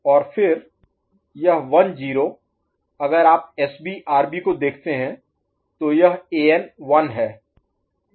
और फिर यह 1 0 अगर आप एसबी आरबी को देखते हैं तो यह एन 1 है और बीएन 0 है